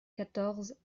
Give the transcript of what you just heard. quatorze